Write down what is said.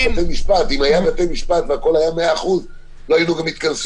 יש בתי משפט אם היו בתי משפט והכול היה מאה אחוז,